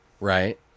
Right